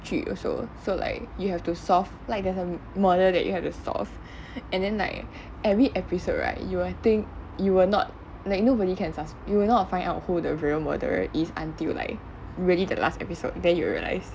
剧 also so like you have to solve like there's a murder that you have to solve and then like every episode right you will think you will not like nobody can sus~ you will not find out who the real murderer is until like really the last episode then you will realise